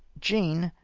jean,